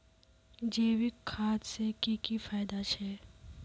जैविक खाद से की की फायदा छे?